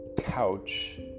couch